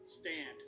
Stand